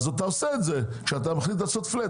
אתה עושה את זה כשאתה מחליט לעשות פלאט,